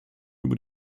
über